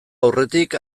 aurretik